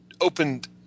opened